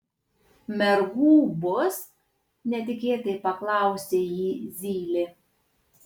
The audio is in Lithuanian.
mergų bus netikėtai paklausė jį zylė